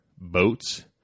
boats